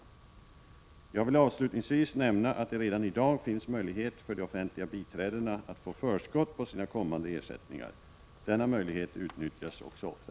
37 Jag vill avslutningsvis nämna att det redan i dag finns möjlighet för de offentliga biträdena att få förskott på sina kommande ersättningar. Denna möjlighet utnyttjas också ofta.